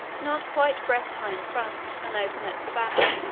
not quite breast high in front, and open at the back,